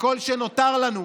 וכל שנותר לנו